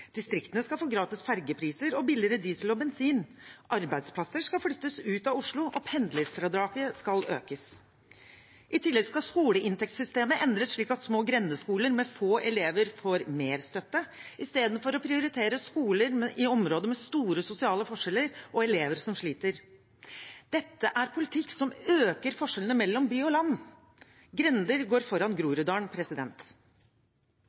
Distriktene skal få gratis ferjer og billigere diesel og bensin, arbeidsplasser skal flyttes ut av Oslo, og pendlerfradraget skal økes. I tillegg skal skoleinntektssystemet endres slik at små grendeskoler med få elever får mer støtte, i stedet for at man prioriterer skoler i områder med store sosiale forskjeller og elever som sliter. Dette er en politikk som øker forskjellene mellom by og land. Grender går foran